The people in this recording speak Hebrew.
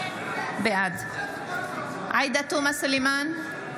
בעד עאידה תומא סלימאן,